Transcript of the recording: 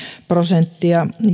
prosenttia